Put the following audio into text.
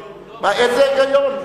איזה היגיון?